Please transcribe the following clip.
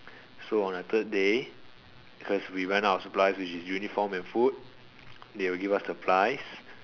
so on the third day cause we ran out of supplies which is uniform and food they will give us supplies